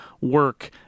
work